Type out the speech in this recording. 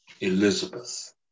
Elizabeth